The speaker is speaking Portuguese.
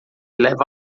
leva